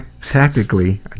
tactically